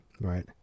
right